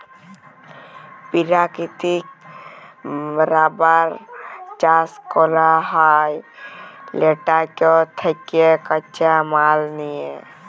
পেরাকিতিক রাবার চাষ ক্যরা হ্যয় ল্যাটেক্স থ্যাকে কাঁচা মাল লিয়ে